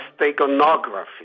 steganography